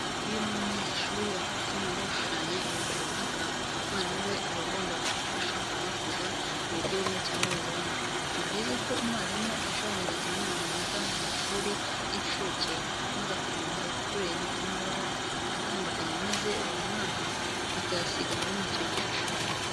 Iyo umunyeshuri afite impano yo gushushanya ibintu runaka, umwarimu we aba agomba kumufasha kuyikuza mu buryo bumwe cyangwa ubundi. Ni byiza ko umwarimu ashushanyiriza umwana wiga mu ishuri ry'incuke maze akamuha ibikureri by'amabara atandukanye, maze uwo mwana akayasiga muri icyo gishushanyo.